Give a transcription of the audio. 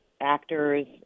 actors